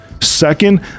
Second